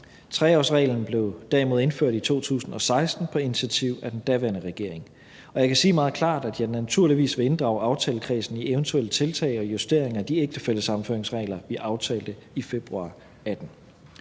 3-årsreglen blev derimod indført i 2016 på initiativ af den daværende regering. Og jeg kan sige meget klart, at jeg naturligvis vil inddrage aftalekredsen i eventuelle tiltag og justeringer af de ægtefællesammenføringsregler, vi aftalte i februar 2018.